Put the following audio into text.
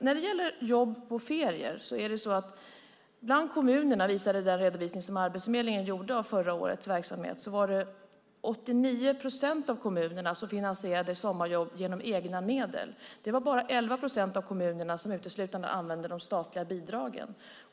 När det gäller jobb under ferier visar Arbetsförmedlingens redovisning av förra årets verksamhet att 89 procent av kommunerna finansierade sommarjobb med egna medel. Det var bara 11 procent av kommunerna som uteslutande använde statliga bidrag.